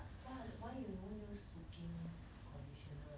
what why you don't use Sukin conditioner